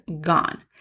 gone